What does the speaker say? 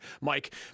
Mike